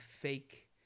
fake